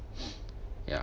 ya